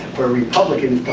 where republican